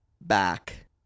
back